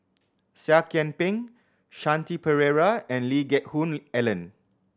Seah Kian Peng Shanti Pereira and Lee Geck Hoon Ellen